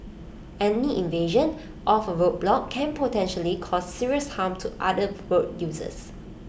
any evasion of A road block can potentially cause serious harm to other road users